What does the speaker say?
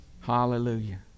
Hallelujah